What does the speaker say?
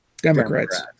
Democrats